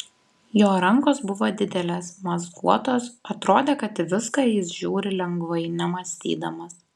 jo rankos buvo didelės mazguotos atrodė kad į viską jis žiūri lengvai nemąstydamas